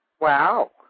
Wow